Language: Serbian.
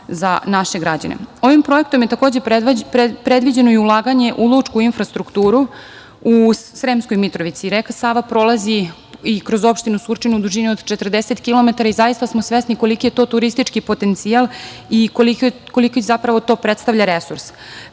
projektom je takođe predviđeno i ulaganje u lučku infrastrukturu u Sremskoj Mitrovici. Reka Sava prolazi i kroz opštinu Surčin u dužini od 40 kilometara i zaista smo svesni koliki je to turistički potencijal i koliko zapravo to predstavlja resurs. Sva